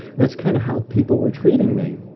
that's kind of how people were treating me